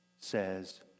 says